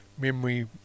memory